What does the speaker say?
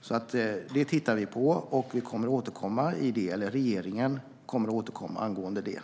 Det här tittar vi på, och regeringen kommer att återkomma angående detta.